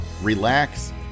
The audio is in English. relax